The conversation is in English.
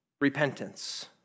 repentance